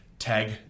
tag